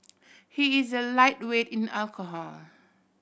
he is a lightweight in alcohol